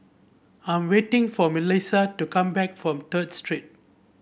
I am waiting for Melissa to come back from Third Street